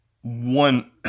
one